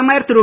பிரதமர் திரு